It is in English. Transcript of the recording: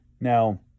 Now